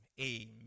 amen